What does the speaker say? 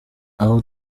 aho